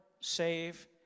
save